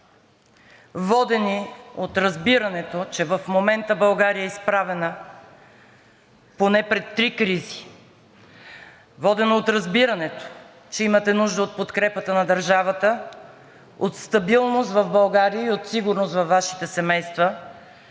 Водена от разбирането, че в момента България е изправена поне пред три кризи, водена от разбирането, че имате нужда от подкрепата на държавата, от стабилност в България и от сигурност във Вашите семейства,